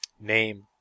Name